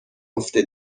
افته